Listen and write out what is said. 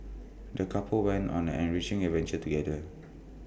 the couple went on an enriching adventure together